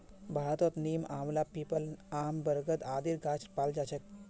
भारतत नीम, आंवला, पीपल, आम, बरगद आदिर गाछ पाल जा छेक